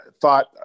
thought